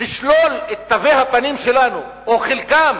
לשלול את תווי הפנים שלנו או חלקם,